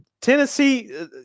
Tennessee